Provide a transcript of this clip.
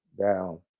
down